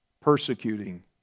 persecuting